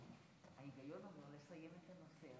כנסת נכבדה,